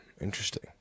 Interesting